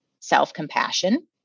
self-compassion